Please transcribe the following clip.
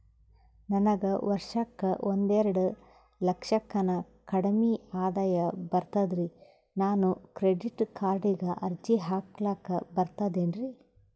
ನನಗ ವರ್ಷಕ್ಕ ಒಂದೆರಡು ಲಕ್ಷಕ್ಕನ ಕಡಿಮಿ ಆದಾಯ ಬರ್ತದ್ರಿ ನಾನು ಕ್ರೆಡಿಟ್ ಕಾರ್ಡೀಗ ಅರ್ಜಿ ಹಾಕ್ಲಕ ಬರ್ತದೇನ್ರಿ?